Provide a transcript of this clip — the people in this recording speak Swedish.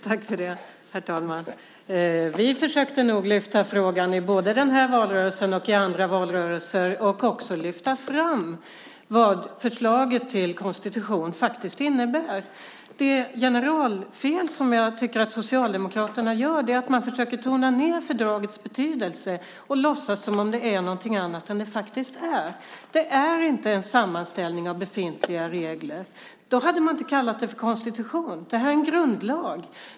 Herr talman! Vi försökte lyfta fram frågan både i den här valrörelsen och i andra valrörelser. Vi försökte också lyfta fram vad förslaget till konstitution faktiskt innebär. Det generalfel som jag tycker att Socialdemokraterna gör är att man försöker tona ned fördragets betydelse och låtsas som om det är något annat än vad det är. Det är inte en sammanställning av befintliga regler. Då hade man inte kallat det för konstitution. Det är en grundlag.